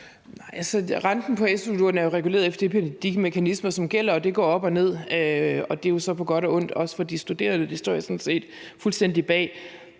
Renten på su-lån er jo reguleret efter de mekanismer, som gælder, og det går op og ned, og det er jo så på godt og ondt også for de studerende. Det står jeg sådan set fuldstændig bag.